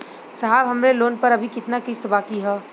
साहब हमरे लोन पर अभी कितना किस्त बाकी ह?